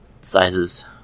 sizes